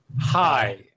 Hi